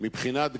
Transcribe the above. מבחינת הזמנים,